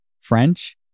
French